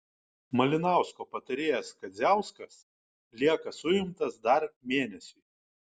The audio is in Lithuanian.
malinausko patarėjas kadziauskas lieka suimtas dar mėnesiui